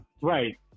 Right